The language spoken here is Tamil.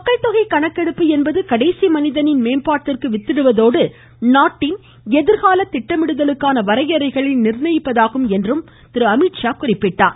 மக்கள் தொகை கணக்கெடுப்பு என்பது கடைசி மனிதனின் மேம்பாட்டிற்கு வித்திடுவதோடு நாட்டின் எதிர்கால திட்டமிடுதலுக்கான வரையறைகளை நிர்ணயிப்பதாகும் என்றும் குறிப்பிட்டார்